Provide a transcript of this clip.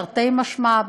תרתי משמע,